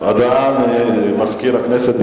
בהודעה לסגן מזכיר הכנסת.